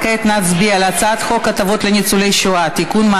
כעת נצביע על הצעת חוק הטבות לניצולי שואה (תיקון,